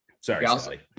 Sorry